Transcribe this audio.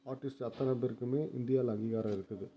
artist அத்தனை பேருக்குமே இந்தியாவில அங்கீகாரம் இருக்குது